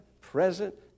present